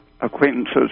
acquaintances